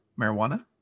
marijuana